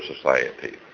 society